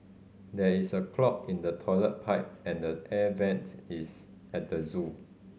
there is a clog in the toilet pipe and the air vents is at the zoo